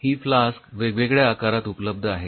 ही flask वेगवेगळ्या आकारात उपलब्ध आहेत